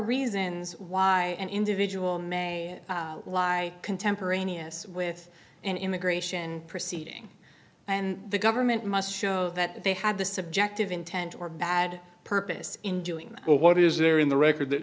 reasons why an individual may lie contemporaneous with an immigration proceeding and the government must show that they have the subjective intent or bad purpose in doing what is there in the record that